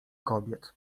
kobiet